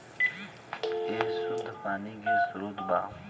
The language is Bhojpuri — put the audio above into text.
ए शुद्ध पानी के स्रोत बा